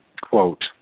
Quote